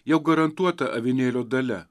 jau garantuota avinėlio dalia